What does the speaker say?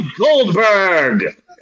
Goldberg